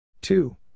Two